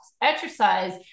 Exercise